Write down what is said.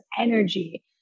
energy